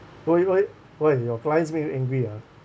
what's it what's it what's it your parents make you angry ah